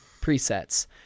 presets